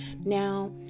Now